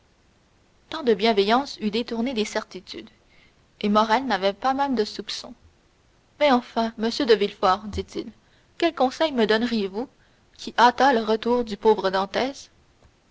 tant de bienveillance eût détourné des certitudes et morrel n'avait pas même de soupçons mais enfin monsieur de villefort dit-il quel conseil me donneriez-vous qui hâtât le retour du pauvre dantès